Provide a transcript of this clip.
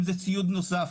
ציוד נוסף,